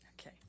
Okay